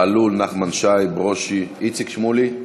בהלול, נחמן שי, ברושי, איציק שמולי,